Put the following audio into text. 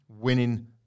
winning